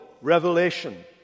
revelation